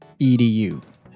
edu